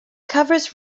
covers